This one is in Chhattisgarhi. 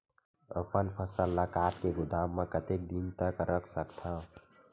अपन फसल ल काट के गोदाम म कतेक दिन तक रख सकथव?